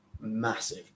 massive